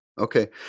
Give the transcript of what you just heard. Okay